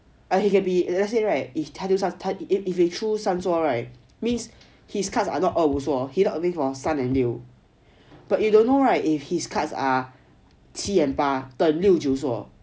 and he can be let's say right if he threw 三座 right means his cards are not 二五所 he looking for 三 and 六 but you don't know right if his cards are 七 and 的六九所